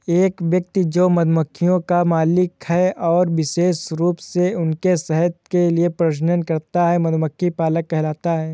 एक व्यक्ति जो मधुमक्खियों का मालिक है और विशेष रूप से उनके शहद के लिए प्रजनन करता है, मधुमक्खी पालक कहलाता है